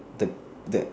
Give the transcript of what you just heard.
the the